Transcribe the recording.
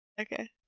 Okay